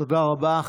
תודה רבה.